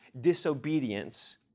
disobedience